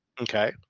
Okay